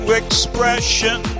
expression